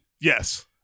Yes